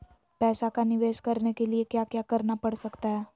पैसा का निवेस करने के लिए क्या क्या करना पड़ सकता है?